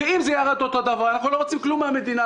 אם זה יקר באותו היקף אז אנחנו לא רוצים כלום מהמדינה,